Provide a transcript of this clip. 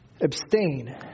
abstain